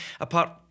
apart